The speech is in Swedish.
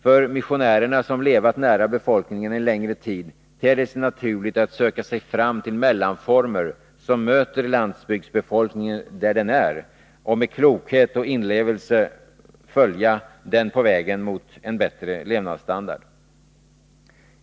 För missionärerna, som levat nära befolkningen en längre tid, ter det sig naturligt att söka sig fram till mellanformer som möter landsbygdsbefolkningen där den är och att med klokhet och inlevelse följa den på vägen mot en bättre levnadsstandard.